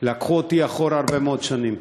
לקחו אותי אחורה הרבה מאוד שנים.